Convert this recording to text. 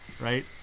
Right